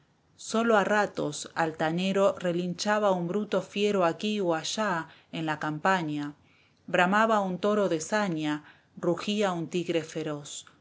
sólo a ratos altanero relinchaba un bruto fiero aquí o allá en la campaña bramaba un toro de saña rugía un tigre feroz